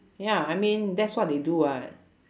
ya I mean that's what they do [what]